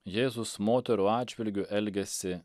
jėzus moterų atžvilgiu elgiasi